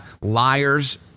liars